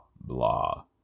blah